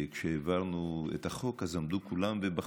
וכשהעברנו את החוק הזה עמדו כולם ובכו,